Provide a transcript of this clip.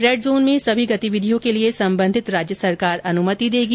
red zone में सभी गतिविधियों के लिए संबंधित राज्य सरकार अनुमति देगी